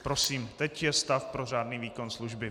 Prosím, teď je stav pro řádný výkon služby.